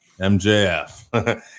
MJF